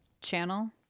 channel